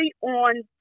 on